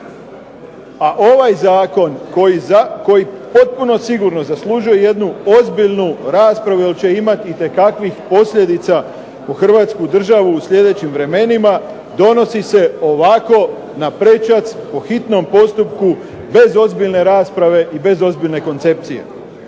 a ovaj Zakon koji potpuno sigurno zaslužuje jednu ozbiljnu raspravu jer će imati itekakvih posljedica po Hrvatsku državu u sljedećim vremenima donosi se ovako na prečac po hitnom postupku bez ozbiljne rasprave i bez ozbiljne koncepcije.